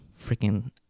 freaking